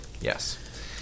Yes